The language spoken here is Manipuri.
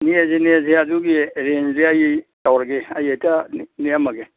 ꯅꯦꯛꯑꯁꯤ ꯅꯦꯛꯑꯁꯤ ꯑꯗꯨꯒꯤ ꯑꯦꯔꯦꯟꯖꯁꯤ ꯑꯩ ꯇꯧꯔꯒꯦ ꯑꯩ ꯍꯦꯛꯇ ꯅꯦꯛꯑꯝꯃꯒꯦ